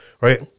Right